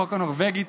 החוק הנורבגי,